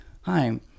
hi